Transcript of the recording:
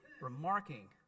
remarking